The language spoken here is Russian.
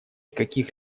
каких